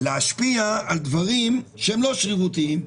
להשפיע על דברים שהם לא שרירותיים.